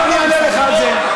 עכשיו אני אענה לך על זה.